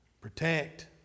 protect